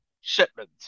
shipment